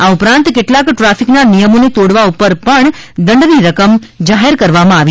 આ ઉપરાંત કેટલાક ટ્રાફિકના નિયમોને તોડવા પર પણ દંડની રકમ જાહેર કરાઇ છે